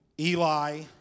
Eli